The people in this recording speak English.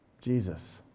jesus